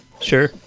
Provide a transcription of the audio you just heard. Sure